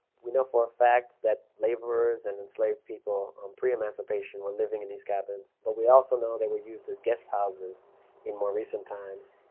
we know for a fact that laborers and enslaved people preemancipation were living in these cabins, but we also know they were used as guest houses in more recent times,